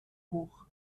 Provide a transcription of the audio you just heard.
hoch